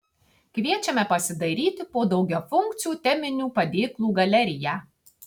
kviečiame pasidairyti po daugiafunkcių teminių padėklų galeriją